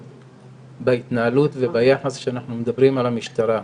בהתנהלות וביחס כשאנחנו מדברים על המשטרה.